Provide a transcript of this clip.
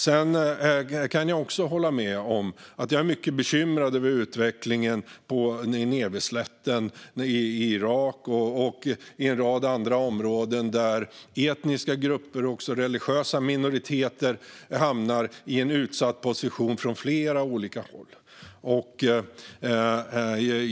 Jag är också mycket bekymrad över utvecklingen på Nineveslätten i Irak och i en rad andra områden där etniska grupper och religiösa minoriteter hamnar i en utsatt position från olika håll.